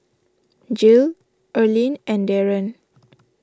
Jill Erlene and Daron